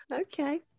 Okay